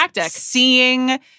seeing